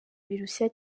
birushya